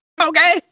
Okay